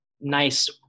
nice